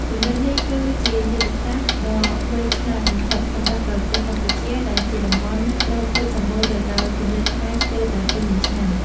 ជម្រើសនេះគឺជាយុទ្ធសាស្ត្រដ៏វៃឆ្លាតបំផុតសម្រាប់ប្រទេសកម្ពុជា ដែលជាតំបន់ត្រូពិកសម្បូរទៅដោយពន្លឺថ្ងៃស្ទើរតែពេញមួយឆ្នាំ។